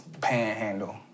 panhandle